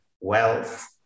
wealth